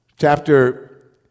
Chapter